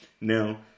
Now